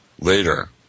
later